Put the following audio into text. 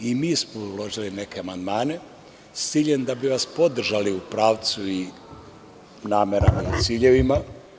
I mi smo uložili neke amandmane s ciljem da bismo vas podržali u pravcu, namerama i ciljevima.